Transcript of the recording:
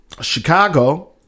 Chicago